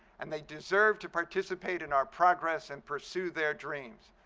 and they deserve to participate in our progress and pursue their dream.